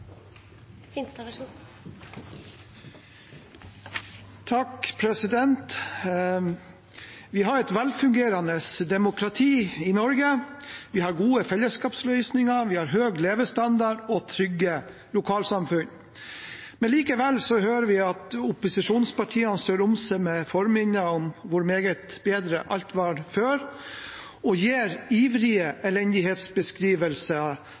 Vi har et velfungerende demokrati i Norge. Vi har gode fellesskapsløsninger, vi har høy levestandard og trygge lokalsamfunn. Likevel hører vi at opposisjonspartiene strør om seg med minner om hvor meget bedre alt var før, og gir ivrige